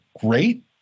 great